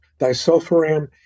disulfiram